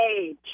age